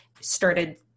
started